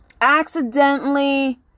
Accidentally